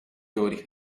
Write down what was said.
nodig